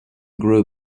grow